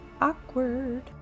awkward